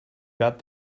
got